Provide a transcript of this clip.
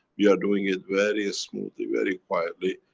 we are doing it very smoothly, very quietly.